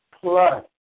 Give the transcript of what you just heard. plus